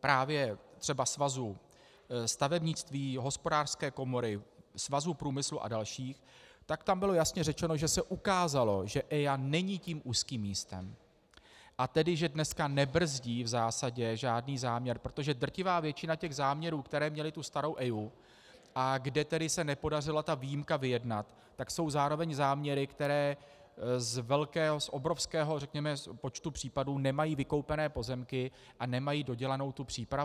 právě třeba Svazu stavebnictví, Hospodářské komory, Svazu průmyslu a dalších tak tam bylo jasně řečeno, že se ukázalo, že EIA není tím úzkým místem, a tedy že dneska nebrzdí v zásadě žádný záměr, protože drtivá většina těch záměrů, které měly tu starou EIA, kde se nepodařila ta výjimka vyjednat, tak jsou zároveň záměry, které z velkého, řekněme z obrovského počtu případů nemají vykoupené pozemky a nemají dodělanou přípravu.